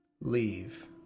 leave